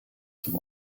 zum